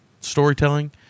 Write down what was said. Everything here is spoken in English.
storytelling